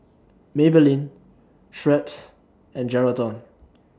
Maybelline Schweppes and Geraldton